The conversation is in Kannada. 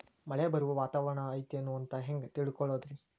ಮಳೆ ಬರುವ ವಾತಾವರಣ ಐತೇನು ಅಂತ ಹೆಂಗ್ ತಿಳುಕೊಳ್ಳೋದು ರಿ?